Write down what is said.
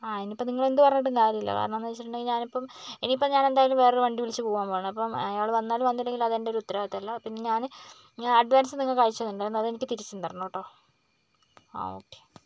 ആ ഇനി ഇപ്പം നിങ്ങള് എന്ത് പറഞ്ഞിട്ടും കാര്യമില്ല കാരണം എന്താന്ന് വച്ചിട്ടുണ്ടെങ്കിൽ ഞാനിപ്പം ഇനി ഇപ്പം ഞാൻ എന്തായാലും വേറൊരു വണ്ടി വിളിച്ചു പോകാൻ പോണു ഇപ്പം അയാള് വന്നാലും വന്നില്ലങ്കിലും അത് എന്റൊരു ഉത്തരവാദിത്തമല്ല പിന്നെ ഞാന് അഡ്വാൻസ് നിങ്ങൾക്ക് അയച്ച് തന്നിട്ടുണ്ടായിരുന്നു അത് എനിക്ക് തിരിച്ച് തരണം കേട്ടോ ആ ഓക്കെ